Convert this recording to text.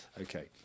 Okay